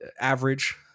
average